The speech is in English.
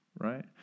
right